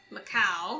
Macau